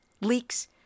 leaks